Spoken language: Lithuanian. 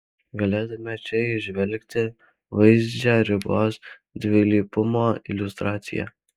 galėtume čia įžvelgti vaizdžią ribos dvilypumo iliustraciją